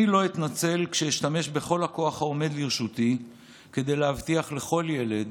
אני לא אתנצל כשאשתמש בכל הכוח העומד לרשותי כדי להבטיח לכל ילד,